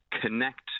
connect